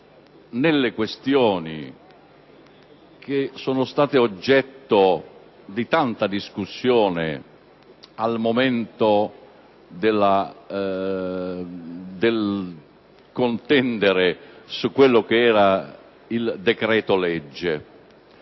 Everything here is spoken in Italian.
nelle questioni che sono state oggetto di tanta discussione al momento del contendere sul decreto-legge